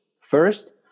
first